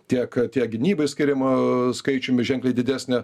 tiek tiek gynybai skiriamo skaičiumi ženkliai didesnė